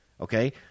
Okay